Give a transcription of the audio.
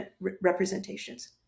representations